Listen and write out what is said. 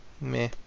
Meh